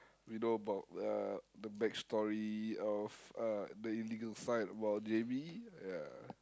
we know about uh the back story of uh the illegal side about J_B ya